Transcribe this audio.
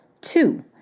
two